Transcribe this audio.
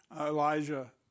Elijah